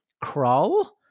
crawl